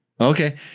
Okay